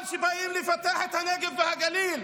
אבל כשבאים לפתח את הנגב והגליל,